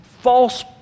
false